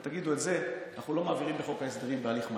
ותגידו: את זה אנחנו לא מעבירים בחוק ההסדרים בהליך מהיר,